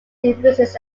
differences